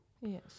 yes